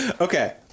Okay